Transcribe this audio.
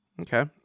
Okay